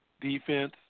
defense